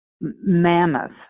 mammoth